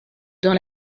dans